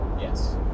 Yes